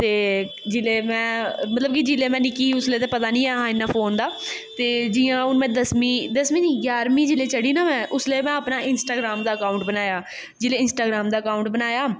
ते जिल्लै में मतलब कि जिल्लै में निक्की ही उसलै ते पता निं है हा इन्ना फोन दा ते जि'यां हून मे दसमीं दसमीं निं ञाह्रमीं जिसलै चढ़ी ना में उसलै में अपना इंस्टाग्राम दा अकाउंट बनाया जिल्लै इंस्टाग्राम दा अकाउंट बनाया